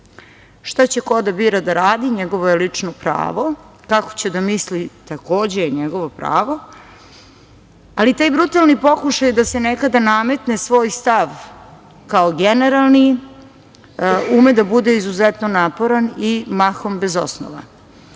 će ko da bira da radi, njegovo je lično pravo, kako će da misli, takođe je njegovo pravo, ali taj brutalni pokušaj da se nekada nametne svoj stav kao generalni, ume da bude izuzetno naporan i mahom bez osnova.Zašto